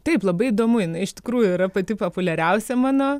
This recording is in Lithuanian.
taip labai įdomu jinai iš tikrųjų yra pati populiariausia mano